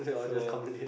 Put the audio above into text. so